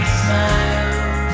smile